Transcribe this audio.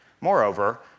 Moreover